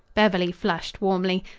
beverly flushed warmly.